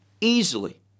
easily